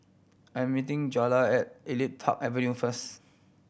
I'm meeting Jana at Elite Park Avenue first